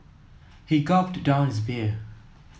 he gulped down his beer